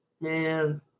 Man